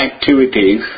activities